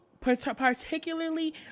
particularly